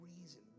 reason